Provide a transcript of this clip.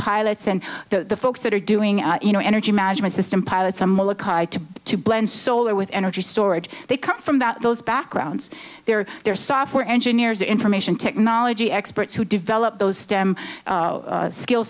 pilots and the folks that are doing you know energy management system pilots to to blend solar with energy storage they come from that those backgrounds their their software engineers the information technology experts who develop those stem